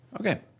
Okay